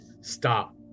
Stop